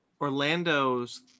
Orlando's